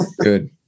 Good